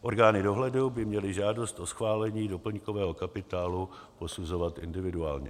Orgány dohledu by měly žádost o schválení doplňkového kapitálu posuzovat individuálně.